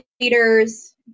leader's